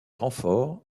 renforts